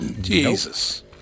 Jesus